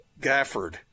Gafford